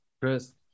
Chris